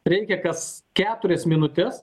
reikia kas keturias minutes